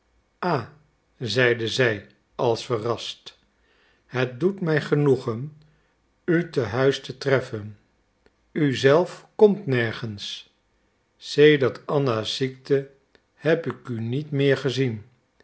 ah zeide zij als verrast het doet mij genoegen u te huis te treffen u zelf komt nergens sedert anna's ziekte heb ik u niet meer gezien